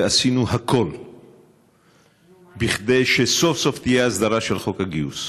ועשינו הכול כדי שסוף-סוף תהיה הסדרה של חוק הגיוס.